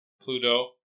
Pluto